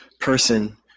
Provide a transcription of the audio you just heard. person